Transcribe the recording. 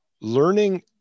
learning